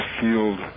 field